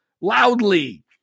loudly